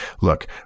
Look